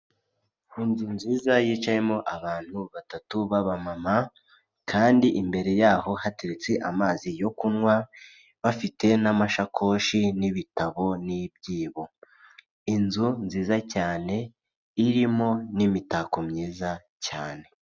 Inzu nziza yicayemo abantu batatu b'abamama, Kandi imbere yaho hateretse amazi yo kunywa, bafite n'amasakoshi n'ibitabo n'ibyibo. inzu nziza cyane irimo n'imitako myiza cyane.